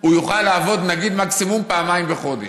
הוא יוכל לעבוד, נגיד, מקסימום פעמיים בחודש.